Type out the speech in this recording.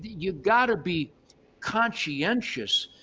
you gotta be conscientious.